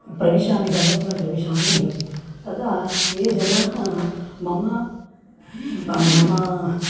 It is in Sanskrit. प्रविशामि जन्मस्थलं प्रविशामि तदा ये जनाः मम मम